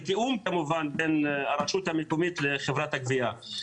כמובן בתיאום בין הרשות המקומית לחברת הגבייה.